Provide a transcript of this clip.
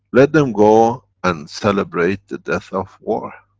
let them go and celebrate the death of war.